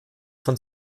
von